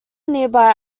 nearby